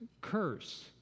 curse